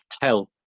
tell